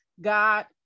God